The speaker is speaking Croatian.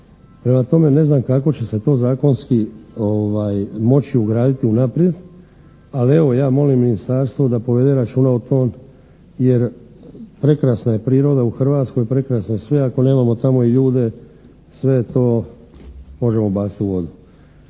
Prema tome, ne znam kako će se to zakonski moći ugraditi unaprijed ali evo ja molim ministarstvo da povede računa o tome jer prekrasna je priroda u Hrvatskoj, prekrasno je sve, ako nemamo tamo i ljude sve to možemo baciti u vodu.